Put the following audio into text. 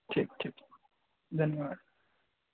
ठीक छै ठीक धन्यवाद